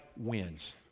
wins